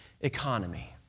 economy